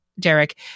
Derek